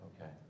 Okay